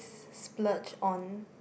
splurge on